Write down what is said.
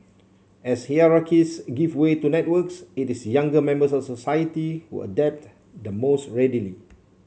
as hierarchies give way to networks it is younger members of society who adapt the most readily